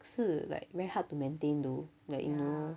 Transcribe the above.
是 like very hard to maintain though like you know